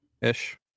ish